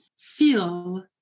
feel